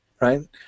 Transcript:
right